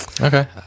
okay